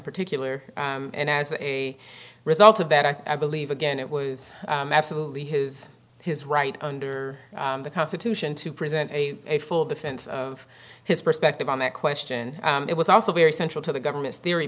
particular and as a result of that i believe again it was absolutely his his right under the constitution to present a full defense of his perspective on that question it was also very central to the government's theory